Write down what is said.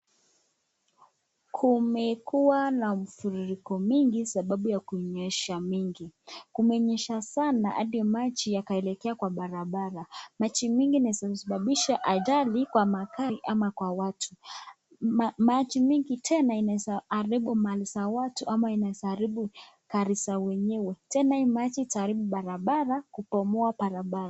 Kumekuwa na mafuriko mingi sababu ya kunyesha mengi, kumenyesha sana hadi maji yakaelekea kwa barabara. Maji mingi inaweza kusababisha ajali kwa makari ama kwa watu. Maji mingi tena inaweza kuharibu mali za watu ama inaharibu gari zawenyewe. Tena hii maji itaharibu barabara, kubomoa barabara.